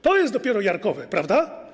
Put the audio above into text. To jest dopiero jarkowe, prawda?